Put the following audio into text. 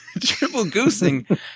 Triple-goosing